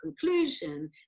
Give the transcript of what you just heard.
conclusion